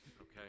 Okay